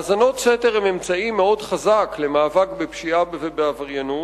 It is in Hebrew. האזנות סתר הן אכן אמצעי חזק למאבק בפשיעה ובעבריינות.